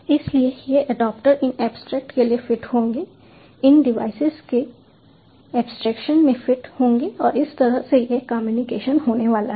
इसलिए ये एडेप्टर इन एब्स्ट्रैक्ट के लिए फिट होंगे इन डिवाइसेज़ के एब्स्ट्रक्शन में फिट होंगे और इस तरह से यह कम्युनिकेशन होने वाला है